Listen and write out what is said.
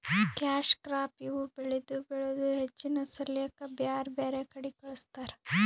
cash crop ಇವ್ ಬೆಳಿ ಬೆಳದು ಹೆಚ್ಚಿನ್ ಸಾಲ್ಯಾಕ್ ಬ್ಯಾರ್ ಬ್ಯಾರೆ ಕಡಿ ಕಳಸ್ತಾರ್